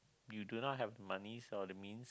you do not have money or the means